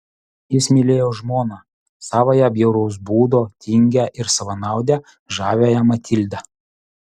jis mylėjo žmoną savąją bjauraus būdo tingią ir savanaudę žaviąją matildą